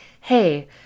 hey